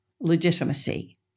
legitimacy